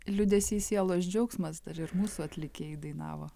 liūdesys sielos džiaugsmas dar ir mūsų atlikėjai dainavo